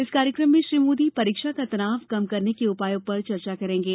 इस कार्यक्रम में श्री मोदी परीक्षा का तनाव कम करने के उपायों पर चर्चा करेंगे